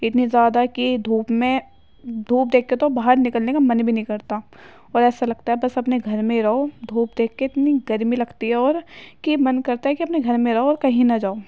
اتنی زیادہ کہ دھوپ میں دھوپ دیکھ کے تو باہر نکلنے کا من بھی نہیں کرتا اور ایسا لگتا ہے بس اپنے گھر میں رہو دھوپ دیکھ کے اتنی گرمی لگتی ہے اور کہ من کرتا ہے کہ اپنے گھر میں رہو اور کہیں نہ جاؤ